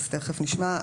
ותיכף נשמע.